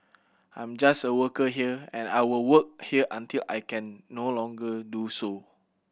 I'm just a worker here and I will work here until I can no longer do so